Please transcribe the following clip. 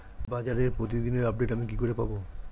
বাজারের প্রতিদিন আপডেট আমি কি করে পাবো?